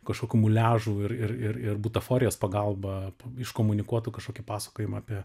kažkokų muliažų ir ir ir ir butaforijos pagalba iškomunikuotų kažkokį pasakojimą apie